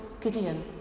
Gideon